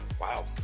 Wow